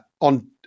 on